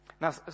Now